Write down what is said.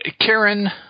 Karen